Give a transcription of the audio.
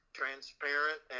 transparent